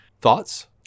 Thoughts